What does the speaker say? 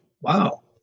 wow